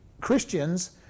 Christians